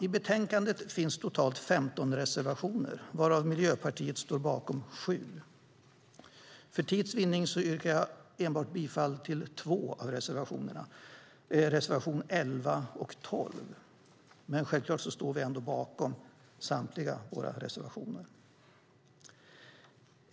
I betänkandet finns totalt 15 reservationer varav Miljöpartiet står bakom sju. För tids vinnande yrkar jag bifall endast till två av reservationerna, nämligen reservationerna 11 och 12, men självklart står vi bakom samtliga våra reservationer.